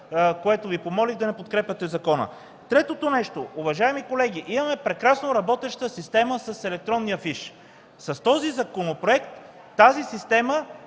което Ви помолих – да не подкрепяте закона. Трето, уважаеми колеги, имаме прекрасно работеща система с електронния фиш. С този законопроект тази система